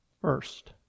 first